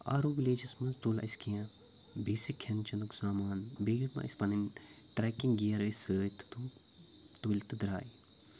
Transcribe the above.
آروٗ villages منٛز تُل اسہِ کینٛہہ بیٚسِک کھٮ۪ن چٮ۪نُک سامان بییہِ یِم اسہِ پَنٕنۍ ٹرٛیکِنٛگ گِیَر ٲسۍ سۭتۍ تِم تُلۍ تہٕ درٛاے